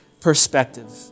perspective